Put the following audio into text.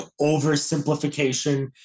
oversimplification